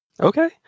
Okay